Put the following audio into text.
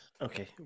Okay